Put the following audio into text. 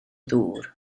ddŵr